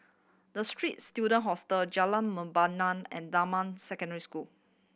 The Straits Student Hostel Jalan Membina and Damai Secondary School